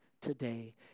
today